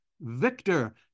Victor